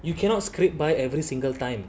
you cannot scrap by every single time